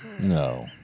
No